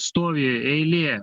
stovi eilė